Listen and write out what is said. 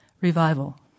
Revival